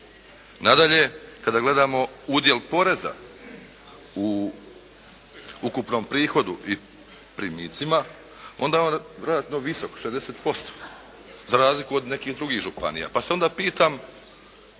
Nadalje, kada gledamo udjel poreza u ukupnom prihodu i primicima, onda je on vjerojatno visok što je 10% za razliku od nekih drugih županija, pa se onda pitam